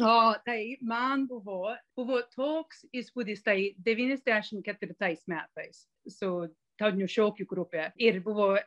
o tai man buvo buvo toks įspūdis tai devyniasdešim ketvirtais metais su tautinių šokių grupe ir buvo